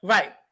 Right